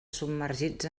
submergits